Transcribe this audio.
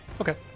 Okay